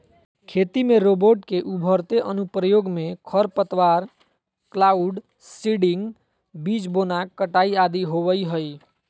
खेती में रोबोट के उभरते अनुप्रयोग मे खरपतवार, क्लाउड सीडिंग, बीज बोना, कटाई आदि होवई हई